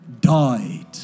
died